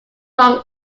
long